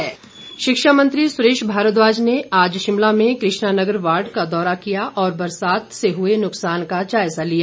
सुरेश भारद्वाज शिक्षा मंत्री सुरेश भारद्वाज ने आज शिमला में कृष्णा नगर वार्ड का दौरा किया और बरसात से हुए नुकसान का जायजा लिया